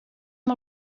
amb